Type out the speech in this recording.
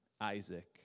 Isaac